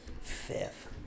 Fifth